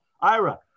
Ira